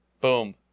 Boom